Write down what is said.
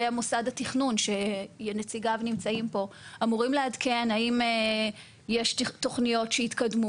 ומוסד התכנון שנציגיו נמצאים פה אמורים לעדכן האם יש תוכניות שהתקדמו,